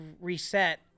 reset